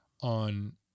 on